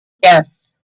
yes